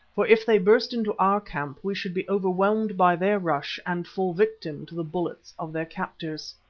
for if they burst into our camp, we should be overwhelmed by their rush and fall victims to the bullets of their captors.